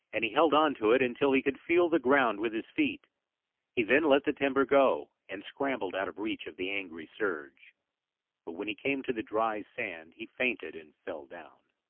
and he held on to it until he could feel the ground with his feet he then let the timber go, and scrambled out of reach of the angry surge but when he came to the dry sand he fainted and fell down.